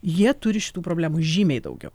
jie turi šitų problemų žymiai daugiau